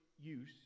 use